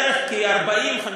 בערך 40,000,